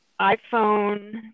iPhone